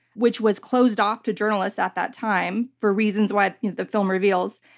which was closed off to journalists at that time for reasons why the film reveals,